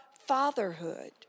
fatherhood